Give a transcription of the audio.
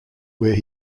where